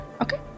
Okay